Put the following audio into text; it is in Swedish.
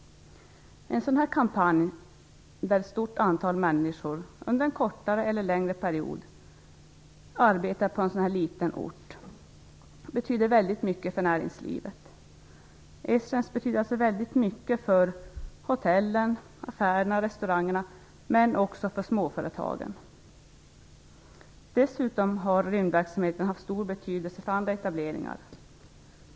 En sådan här kampanj, där ett stort antal människor under en kortare eller längre period arbetar på en sådan här liten ort, betyder väldigt mycket för näringslivet. Esrange betyder mycket för hotellen, affärerna och restaurangerna men också för småföretagen. Dessutom har rymdverksamheten haft stor betydelse för andra etableringar.